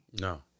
No